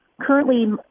currently